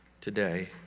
today